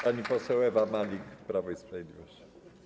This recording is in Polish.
Pani poseł Ewa Malik, Prawo i Sprawiedliwość.